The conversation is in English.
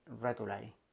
regularly